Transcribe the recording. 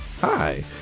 Hi